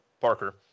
Parker